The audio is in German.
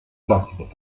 plastik